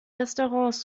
restaurants